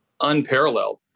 unparalleled